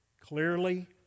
clearly